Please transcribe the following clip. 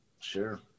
sure